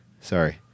Sorry